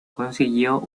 consiguió